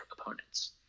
opponents